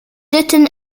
ditton